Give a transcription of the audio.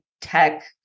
tech